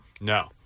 No